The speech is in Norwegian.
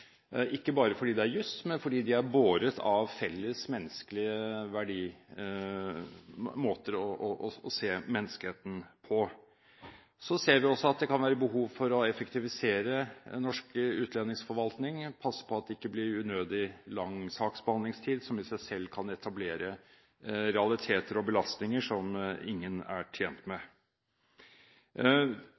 ikke bare fordi det er jus, men fordi de er båret av felles måter å se menneskeheten på. En ser også at det kan være behov for å effektivisere den norske utlendingsforvaltningen og passe på at det ikke blir unødig lang saksbehandlingstid, noe som i seg selv kan etablere realiteter og belastninger som ingen er tjent med.